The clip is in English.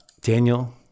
Daniel